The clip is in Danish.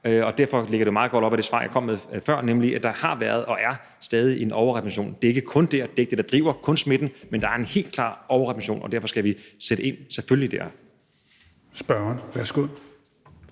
og derfor ligger det jo meget godt op ad det svar, jeg kom med før, nemlig at der har været og stadig er en overrepræsentation. Det er ikke kun det, der driver smitten, men der er en helt klar overrepræsentation, og derfor skal vi selvfølgelig sætte ind der.